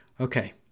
Okay